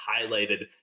highlighted